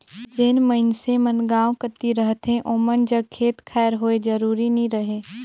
जेन मइनसे मन गाँव कती रहथें ओमन जग खेत खाएर होए जरूरी नी रहें